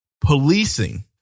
policing